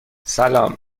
سلام